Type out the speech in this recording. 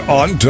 on